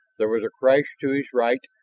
there was a crash to his right,